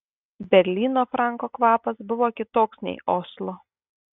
berlyno franko kvapas buvo kitoks nei oslo